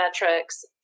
metrics